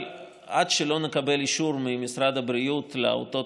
אבל עד שלא נקבל אישור ממשרד הבריאות לאותו